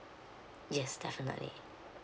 yes definitely